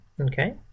okay